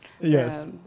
Yes